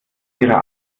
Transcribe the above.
ihrer